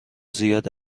زیاد